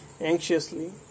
anxiously